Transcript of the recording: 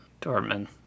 Dortmund